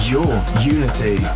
YourUnity